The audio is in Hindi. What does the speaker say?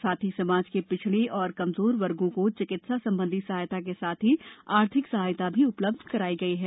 साथ ही समाज के पिछड़े और कमजोर वर्गों को चिकित्सा संबंधी सहायता के साथ ही आर्थिक सहायता भी उपलब्ध कराई गई है